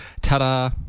ta-da